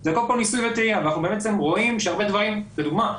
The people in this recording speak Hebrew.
זה כל פעם ניסוי וטעייה ואנחנו רואים שהרבה דברים לדוגמה,